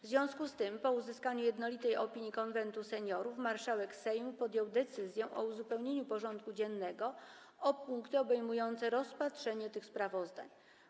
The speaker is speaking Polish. W związku z tym, po uzyskaniu jednolitej opinii Konwentu Seniorów, marszałek Sejmu podjął decyzję o uzupełnieniu porządku dziennego o punkty obejmujące rozpatrzenie tych sprawozdań.